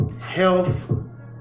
Health